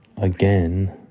Again